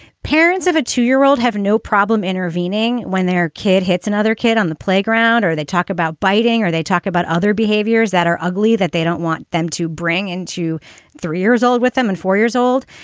parents of a two year old have no problem intervening when their kid hits and another kid on the playground or they talk about biting or they talk about other behaviors that are ugly that they don't want them to bring into three years old with them and four years old.